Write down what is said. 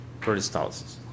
peristalsis